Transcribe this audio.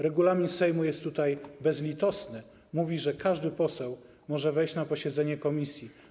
Regulamin Sejmu jest tutaj bezlitosny - mówi, że każdy poseł może wejść na posiedzenie komisji.